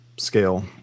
scale